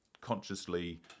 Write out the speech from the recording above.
consciously